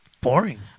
boring